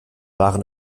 waren